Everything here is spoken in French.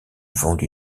vendu